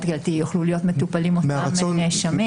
קהילתי יוכלו להיות מטופלים אותם נאשמים.